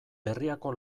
berriako